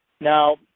Now